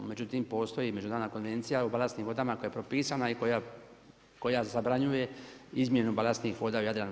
Međutim, postoji Međunarodna konvencija o balastnim vodama koja je propisana i koja zabranjuje izmjenu balastnih voda u Jadranu.